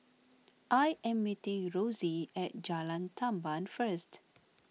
I am meeting Rossie at Jalan Tamban first